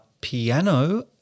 piano